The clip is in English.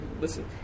listen